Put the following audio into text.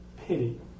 pity